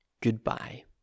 Goodbye